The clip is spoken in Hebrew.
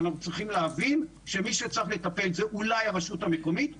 ואנחנו צריכים להבין שמי שצריך לטפל זה אולי הרשות המקומית והקהילות.